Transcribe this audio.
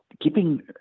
keeping